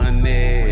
Money